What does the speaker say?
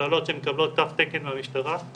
שמקבלות תו תקן מהמשטרה,